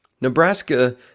Nebraska